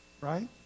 right